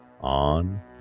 on